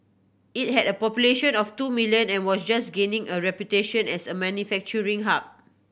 it had a population of two million and was just gaining a reputation as a manufacturing hub